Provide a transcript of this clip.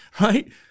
right